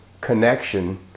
connection